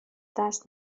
دست